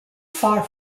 far